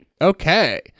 Okay